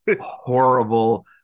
horrible